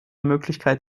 möglichkeit